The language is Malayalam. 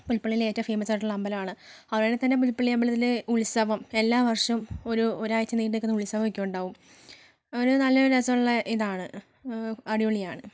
പുൽപ്പള്ളിയിലെ ഏറ്റവും ഫേമസ് ആയിട്ടുള്ള അമ്പലമാണ് അതുപോലെത്തന്നെ പുൽപ്പള്ളി അമ്പലത്തിലെ ഉത്സവം എല്ലാ വർഷവും ഒരു ഒരാഴ്ച നീണ്ട് നിൽക്കുന്ന ഉത്സവമൊക്കെ ഉണ്ടാവും ഒരു നല്ല രസമുള്ള ഇതാണ് അടിപൊളിയാണ്